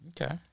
Okay